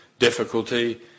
difficulty